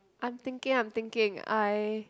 I'm thinking I'm thinking I